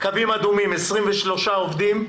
קווים אדומים: 23 עובדים,